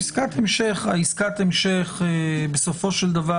עסקת המשך בסופו של דבר,